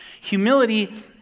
Humility